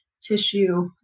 tissue